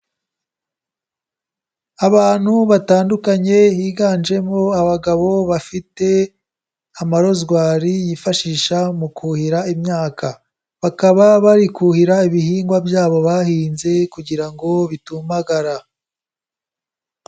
Abantu batandukanye higanjemo abagabo bafite amarozwari yifashisha mu kuhira imyaka. Bakaba bari kuhira ibihingwa byabo bahinze kugira ngo bitumagara.